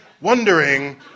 wondering